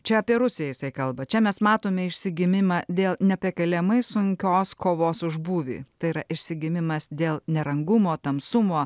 čia apie rusiją jisai kalba čia mes matome išsigimimą dėl nepakeliamai sunkios kovos už būvį tai yra išsigimimas dėl nerangumo tamsumo